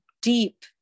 deep